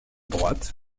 droite